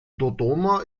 dodoma